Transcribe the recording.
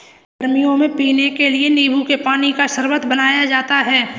गर्मियों में पीने के लिए नींबू के पानी का शरबत बनाया जाता है